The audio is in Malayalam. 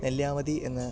നെല്ലിയാമ്പതി എന്ന